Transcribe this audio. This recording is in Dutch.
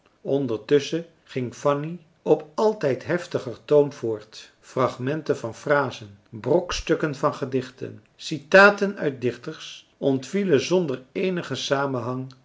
ondertusschen ging fanny op altijd heftigeren toon voort fragmenten van frasen brokstukken van gedichten citaten uit dichters ontvielen zonder eenigen samenhang